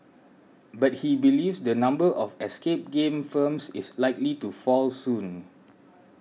but he believes the number of escape game firms is likely to fall soon